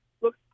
look